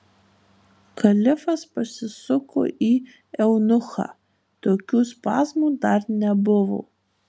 kalifas pasisuko į eunuchą tokių spazmų dar nebuvo